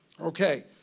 Okay